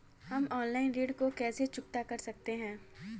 हम ऑनलाइन ऋण को कैसे चुकता कर सकते हैं?